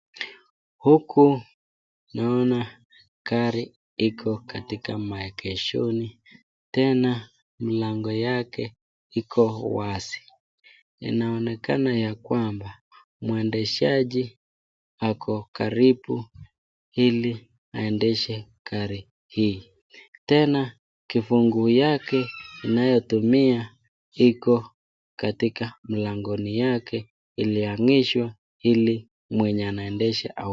Huku naona gari iko katika maegeshoni tena mlango yake iko wazi inaonekana ya kwamba mwendeshaji ako karibu ili aendeshe gari hii, tena kifunguu yake inayotumia iko katika mlangoni yake ilihangishwa ili mwenye anaendesha ao.....